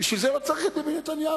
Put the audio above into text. בשביל זה לא צריך את ביבי נתניהו.